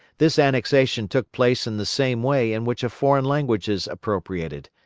this annexation took place in the same way in which a foreign language is appropriated,